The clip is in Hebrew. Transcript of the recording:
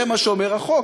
זה מה שאומר החוק.